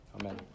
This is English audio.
Amen